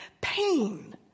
pain